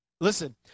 Listen